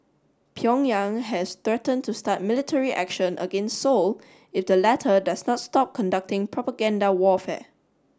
Pyongyang has threatened to start military action against Seoul if the latter does not stop conducting propaganda warfare